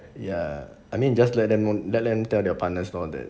ya I mean just let them let them tell their partners lor that